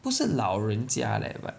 不是老人家 leh but